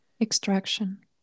extraction